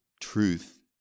truth